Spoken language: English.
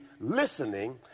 listening